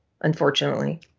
unfortunately